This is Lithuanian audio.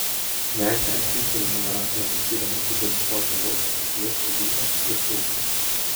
meisteris grįžta vienoje rankoje laikydamas didelį ąsotį alaus kitoje stiklines ir pilsto